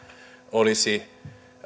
olisi